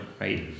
right